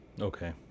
Okay